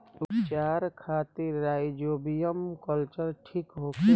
उपचार खातिर rhizobium culture ठीक होखे?